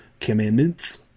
commandments